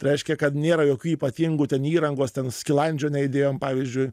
tai reiškia kad nėra jokių ypatingų ten įrangos ten skilandžio neįdėjom pavyzdžiui